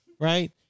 Right